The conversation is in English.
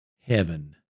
heaven